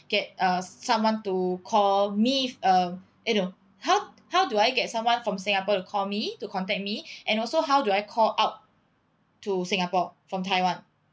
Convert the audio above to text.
get err someone to call me uh eh no how how do I get someone from singapore to call me to contact me and also how do I call out to singapore from taiwan